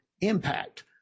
impact